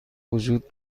وجود